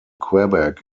quebec